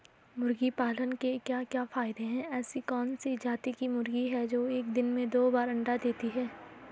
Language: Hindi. मुर्गी पालन के क्या क्या फायदे हैं ऐसी कौन सी जाती की मुर्गी है जो एक दिन में दो बार अंडा देती है?